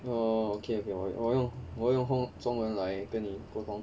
orh okay 我我用我用中文来跟你沟通